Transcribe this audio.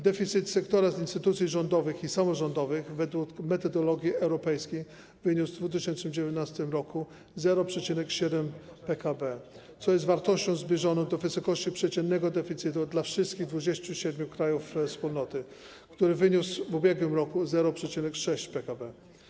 Deficyt sektora instytucji rządowych i samorządowych według metodologii europejskiej wyniósł w 2019 r. 0,7% PKB, co jest wartością zbliżoną do wysokości przeciętnego deficytu dla wszystkich 27 krajów Wspólnoty, który wyniósł w ub.r. 0,6% PKB.